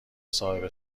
صاحب